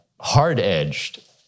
hard-edged